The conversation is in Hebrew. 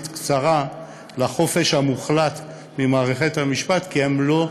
קצרה לחופש המוחלט ממערכת המשפט כי הם לא,